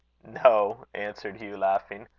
no, answered hugh laughing.